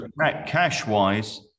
cash-wise